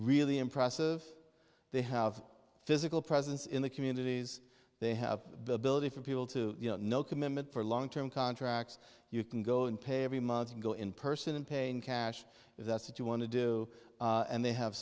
really impressive they have a physical presence in the communities they have the ability for people to know commitment for long term contracts you can go and pay every month and go in person and paying cash if that's it you want to do and they have